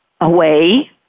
away